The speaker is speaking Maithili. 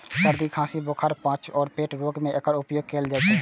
सर्दी, खांसी, बुखार, पाचन आ पेट रोग मे एकर उपयोग कैल जाइ छै